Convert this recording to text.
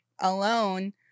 alone